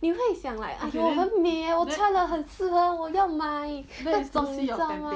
你会想 like !aiyo! 很美 eh 我穿了很适合我要买那种你知道吗